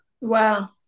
Wow